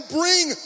bring